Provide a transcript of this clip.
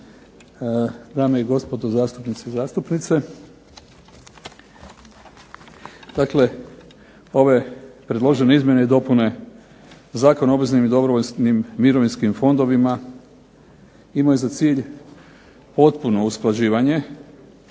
dame i gospodo zastupnici i zastupnice. Dakle ove predložene izmjene i dopune Zakona o obveznim i dobrovoljnim mirovinskim fondovima imaju za cilj potpuno usklađivanje